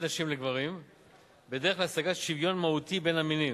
נשים לגברים בדרך להשגת שוויון מהותי בין המינים,